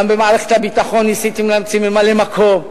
גם במערכת הביטחון ניסיתם להמציא ממלא-מקום.